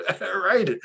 right